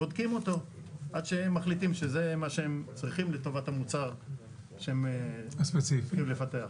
בודקים אותו עד שמחליטים שזה מה שהם צריכים לטובת המוצר שהם רוצים לפתח.